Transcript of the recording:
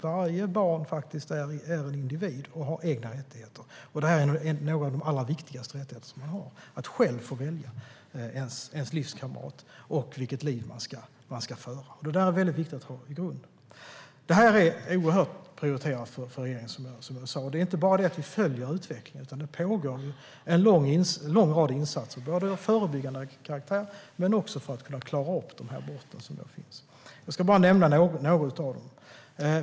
Varje barn är en individ och har egna rättigheter, och det vi nu diskuterar är en av de allra viktigaste rättigheter man har, nämligen rätten att själv få välja sin livskamrat och vilket liv man ska föra. Detta är som jag sa oerhört prioriterat för regeringen. Vi följer inte bara utvecklingen, utan det pågår en lång rad insatser, både av förebyggande karaktär och för att kunna klara upp de brott som förekommer. Låt mig nämna några av dem.